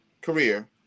career